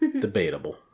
Debatable